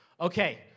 Okay